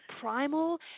primal